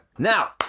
Now